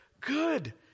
good